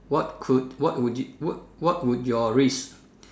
what could what would you what what would your risk